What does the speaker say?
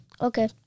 Okay